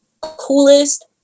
coolest